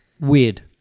weird